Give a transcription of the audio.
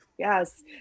Yes